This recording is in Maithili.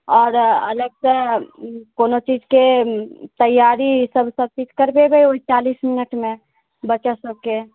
और अलगसऽ कोनो चीजके तैयारी ई सब सब किछु करबेबै ओइ चालीस मिनटमे बच्चा सबके